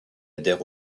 adhère